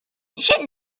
ancient